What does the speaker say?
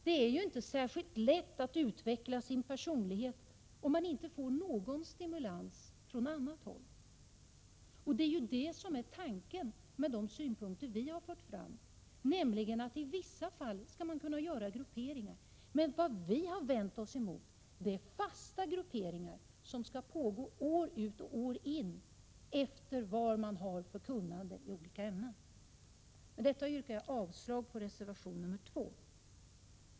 Det är ju inte särskilt lätt att utveckla sin personlighet om man inte får någon stimulans från annat håll. Enligt de synpunkter vi har fört fram skall man i vissa fall kunna göra grupperingar. Men vad vi har vänt oss emot är fasta grupperingar, som skall pågå år ut och år in, alltefter vad eleverna har för kunnande i olika ämnen. Med detta yrkar jag avslag på reservation 2.